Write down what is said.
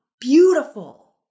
beautiful